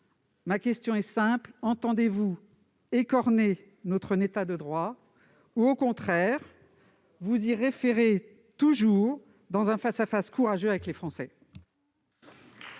ma question est simple : entendez-vous écorner notre État de droit ou, au contraire, vous y référer toujours dans un face-à-face courageux avec les Français ?